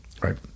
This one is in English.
Right